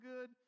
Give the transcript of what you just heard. good